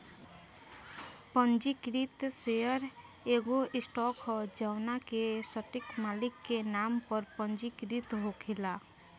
पंजीकृत शेयर एगो स्टॉक ह जवना के सटीक मालिक के नाम पर पंजीकृत होखेला